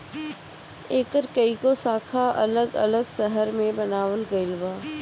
एकर कई गो शाखा अलग अलग शहर में बनावल गईल बा